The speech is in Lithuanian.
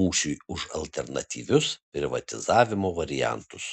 mūšiui už alternatyvius privatizavimo variantus